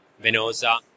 Venosa